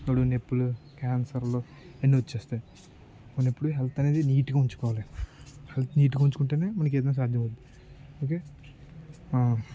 ఇప్పుడు నొప్పులు క్యాన్సర్లు అన్నీ వస్తాయి మన ఎప్పుడు హెల్త్ అనేది నీట్గా ఉంచుకోవాలి హెల్త్ నీట్గా ఉంచుకుంటే మనకు ఏదైనా సాధ్యం అయ్యుది ఓకే